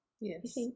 Yes